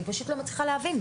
אני לא מצליחה להבין.